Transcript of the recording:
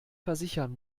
versichern